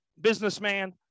businessman